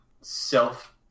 self